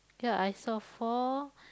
ya I saw four